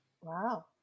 wow